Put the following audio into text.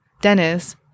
Dennis